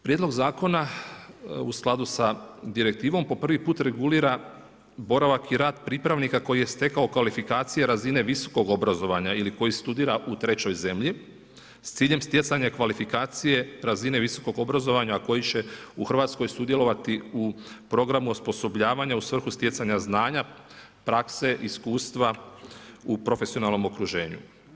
Prijedlog Zakona u skladu sa Direktivnom po prvi put regulira boravak i rad pripravnika koji je stekao kvalifikacije razine visokog obrazovanja ili koji studira u trećoj zemlji, s ciljem stjecanja kvalifikacije razine visokog obrazovanja koji će u RH sudjelovati u programu osposobljavanja u svrhu stjecanja znanja, prakse, iskustva u profesionalnom okruženju.